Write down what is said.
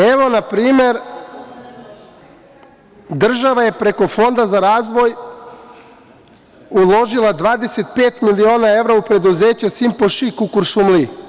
Evo, na primer, država je preko Fonda za razvoj uložila 25 miliona evra u preduzeće „Simpo Šik“ u Kuršumliji.